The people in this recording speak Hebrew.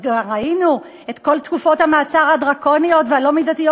ראינו את כל תקופות המעצר הדרקוניות והלא-מידתיות